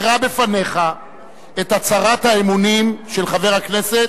אקרא בפניך את הצהרת האמונים של חבר הכנסת,